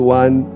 one